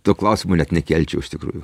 to klausimo net nekelčiau iš tikrųjų